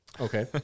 Okay